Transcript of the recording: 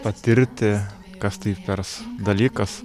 patirti kas tai per dalykas